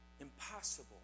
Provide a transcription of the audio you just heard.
impossible